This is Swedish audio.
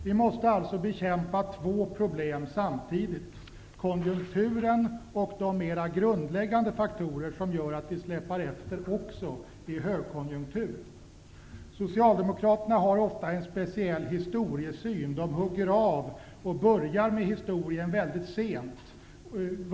Vi måste alltså bekämpa två problem samtidigt: konjunkturen och de mera grundläggande faktorer som gör att vi släpar efter också i högkonjunktur. Socialdemokraterna har ofta en speciell historiesyn. De hugger av historien och börjar sent.